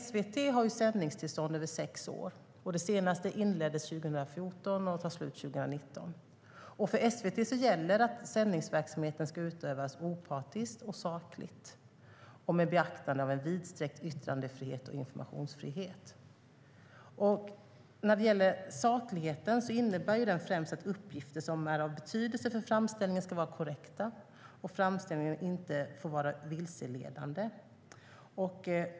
SVT har sändningstillstånd under sex år, och det senaste inleddes 2014 och tar slut 2019. För SVT gäller att sändningsverksamheten ska utövas opartiskt och sakligt och med beaktande av en vidsträckt yttrandefrihet och informationsfrihet. Sakligheten innebär främst att uppgifter som är av betydelse för framställningen ska vara korrekta och att framställningen inte får vara vilseledande.